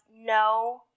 no